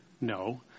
No